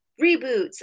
reboots